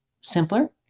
simpler